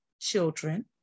children